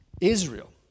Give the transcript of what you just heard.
Israel